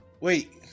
Wait